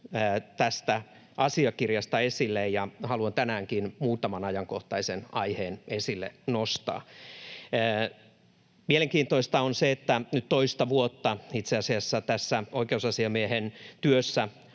tästä asiakirjasta esille, ja haluan tänäänkin muutaman ajankohtaisen aiheen esille nostaa. Mielenkiintoista on se, että nyt toista vuotta itse asiassa tässä oikeusasiamiehen työssä